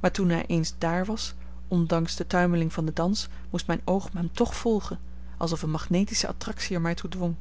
maar toen hij eens dààr was ondanks de tuimeling van den dans moest mijn oog hem toch volgen alsof een magnetische attractie er mij toe dwong